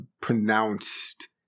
pronounced